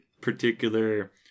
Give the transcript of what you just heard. particular –